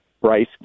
Bryce